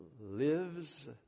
lives